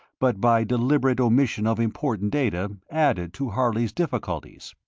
but by deliberate omission of important data added to harley's difficulties.